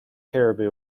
caribou